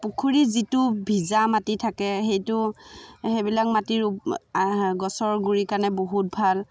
পুখুৰীৰ যিটো ভিজা মাটি থাকে সেইটো সেইবিলাক মাটি গছৰ গুৰিৰ কাৰণে বহুত ভাল